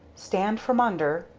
stand from under!